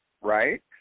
right